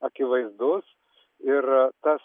akivaizdus ir tas